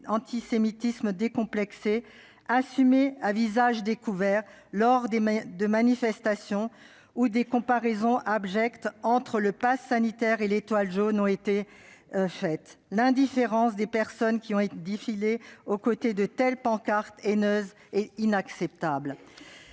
antisémitisme décomplexé, assumé à visage découvert, lors de manifestations où des comparaisons abjectes entre le passe sanitaire et l'étoile jaune ont été mises en scène. L'indifférence des personnes qui ont défilé aux côtés de telles pancartes haineuses est inacceptable.